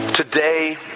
Today